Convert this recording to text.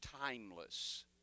timeless